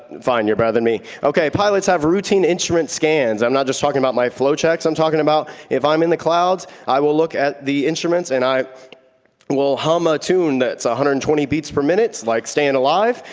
fine, you're better than me. okay, pilots have routine instrument scans. i'm not just talking about my flow checks, i'm talking about if i'm in the clouds i will look at the instruments and i will hum a tune that's one ah hundred and twenty beats per minute, like stayin' alive,